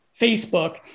Facebook